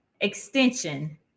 extension